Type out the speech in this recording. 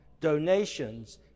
donations